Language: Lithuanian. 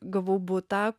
gavau butą